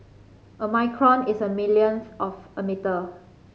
a micron is a millionth of a metre